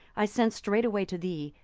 i sent straightway to thee,